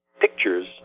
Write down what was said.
pictures